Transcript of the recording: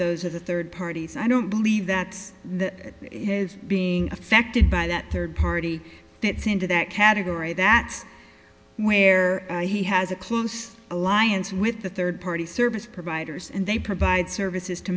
those of the third parties i don't believe that's that his being affected by that third party fits into that category that's where he has a close alliance with the third party service providers and they provide services to